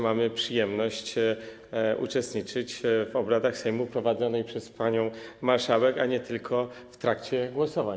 Mamy przyjemność uczestniczyć w obradach Sejmu prowadzonych przez panią marszałek nie tylko w trakcie głosowań.